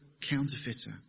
counterfeiter